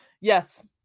Yes